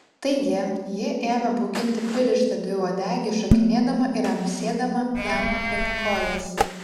taigi ji ėmė bauginti pririštą dviuodegį šokinėdama ir amsėdama jam aplink kojas